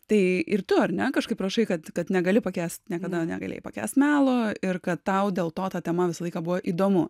tai ir tu ar ne kažkaip rašai kad kad negali pakęst niekada negalėjai pakęst melo ir kad tau dėl to ta tema visą laiką buvo įdomu